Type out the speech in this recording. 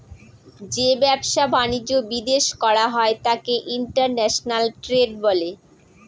যে ব্যবসা বাণিজ্য বিদেশ করা হয় তাকে ইন্টারন্যাশনাল ট্রেড বলে